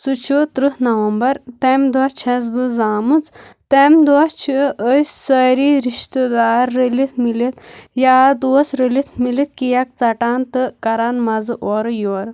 سُہ چھُ تٕرٛہ نَومبر تَمہِ دۄہ چھَس بہٕ زامٕژ تِمہِ دۄہ چھِ أسۍ سٲری رشتہٕ دار رٔلِتھ مِلِتھ یار دوس رٔلِتھ مِلِتھ کیک ژٹان تہٕ کَران مَزٕ اورٕ یورٕ